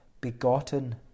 begotten